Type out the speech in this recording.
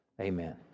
Amen